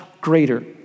greater